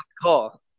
call